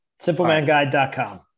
SimpleManguide.com